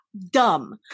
dumb